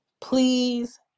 please